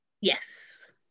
Yes